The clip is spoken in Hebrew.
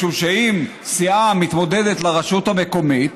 משום שאם סיעה מתמודדת לרשות המקומיות